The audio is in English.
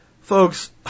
folks